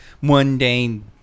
Mundane